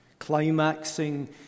Climaxing